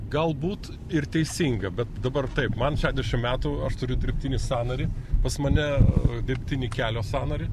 galbūt ir teisinga bet dabar taip man šedešim metų aš turiu dirbtinį sąnarį pas mane dirbtinį kelio sąnarį